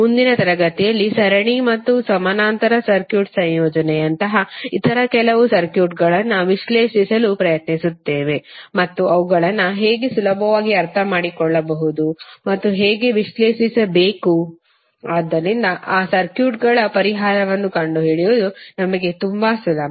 ಮುಂದಿನ ತರಗತಿಯಲ್ಲಿ ಸರಣಿ ಮತ್ತು ಸಮಾನಾಂತರಗಳ ಸರ್ಕ್ಯೂಟ್ ಸಂಯೋಜನೆಯಂತಹ ಇತರ ಕೆಲವು ಸರ್ಕ್ಯೂಟ್ಗಳನ್ನು ವಿಶ್ಲೇಷಿಸಲು ಪ್ರಯತ್ನಿಸುತ್ತೇವೆ ಮತ್ತು ಅವುಗಳನ್ನು ಹೇಗೆ ಸುಲಭವಾಗಿ ಅರ್ಥಮಾಡಿಕೊಳ್ಳಬಹುದು ಮತ್ತು ಹೇಗೆ ವಿಶ್ಲೇಷಿಸಬೇಕು ಆದ್ದರಿಂದ ಆ ಸರ್ಕ್ಯೂಟ್ಗಳ ಪರಿಹಾರವನ್ನು ಕಂಡುಹಿಡಿಯುವುದು ನಮಗೆ ತುಂಬಾ ಸುಲಭ